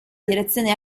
direzione